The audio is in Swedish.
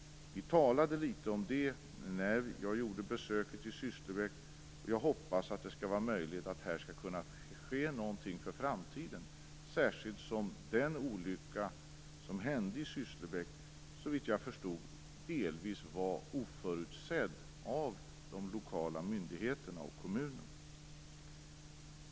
Vi talade litet om det när jag gjorde besöket i Sysslebäck, och jag hoppas att det skall vara möjligt att här skall kunna ske någonting inför framtiden, särskilt som den olycka som hände i Sysslebäck såvitt jag förstod delvis var oförutsedd av de lokala myndigheterna och kommunen.